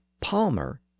palmer